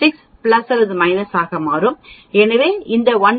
96 அல்லது ஆக மாறும்